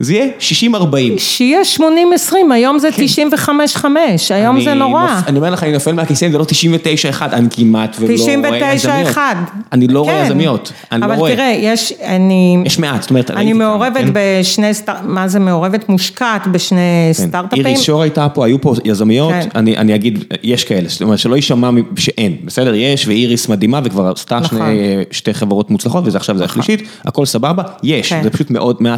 זה יהיה 60-40. שיהיה 80-20, היום זה 95-5, היום זה נורא. אני אומר לך, אני נופל מהכיס אם זה לא 99-1, אני כמעט ולא רואה יזמיות. אני לא רואה יזמיות. אבל תראה, יש, אני מעורבת בשני, מה זה מעורבת? מושקעת בשני סטארט-אפים. איריס שור הייתה פה, היו פה יזמיות, אני אגיד, יש כאלה, זאת אומרת, שלא יש שם מה שאין, בסדר, יש, ואיריס מדהימה, וכבר עשתה שתי חברות מוצלחות, ועכשיו זה החלישית, הכל סבבה, יש, זה פשוט מאוד מעט.